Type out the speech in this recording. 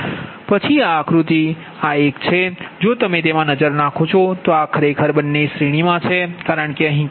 તેથી પછી આ આકૃતિ ખરેખર આ એક છે જો તમે તેમાં નજર નાખો તો આ બંને ખરેખર શ્રેણીમાં છે કારણ કે અહીં કંઈ નથી